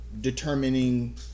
determining